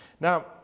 Now